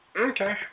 Okay